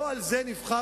לא על זה נבחרתם?